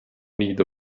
need